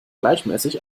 gleichmäßig